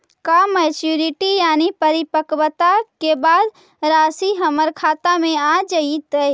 का मैच्यूरिटी यानी परिपक्वता के बाद रासि हमर खाता में आ जइतई?